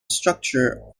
structure